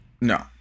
No